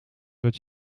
dat